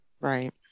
right